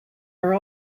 are